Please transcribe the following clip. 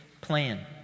plan